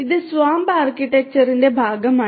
ഇത് SWAMP ആർക്കിടെക്ചറിന്റെ ഭാഗമാണ്